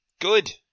good